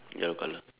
yellow color